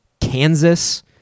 Kansas